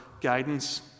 guidance